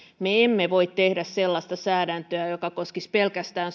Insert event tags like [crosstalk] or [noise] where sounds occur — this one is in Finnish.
me emme voi tehdä sellaista säädäntöä joka koskisi pelkästään [unintelligible]